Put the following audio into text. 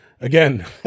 again